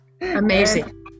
amazing